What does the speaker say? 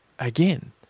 Again